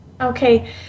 okay